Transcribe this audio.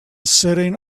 sitting